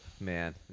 Man